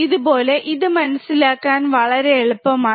ഇതുപോലെ ഇത് മനസ്സിലാക്കാൻ വളരെ എളുപ്പമാണ്